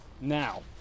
Now